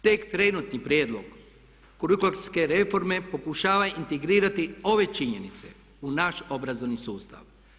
Tek trenutni prijedlog kurikulske reforme pokušava integrirati ove činjenice u naš obrazovni sustav.